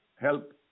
Help